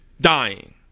dying